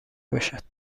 باشد